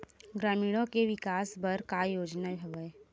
ग्रामीणों के विकास बर का योजना हवय?